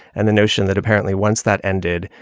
and the notion that apparently once that ended,